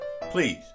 please